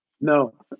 No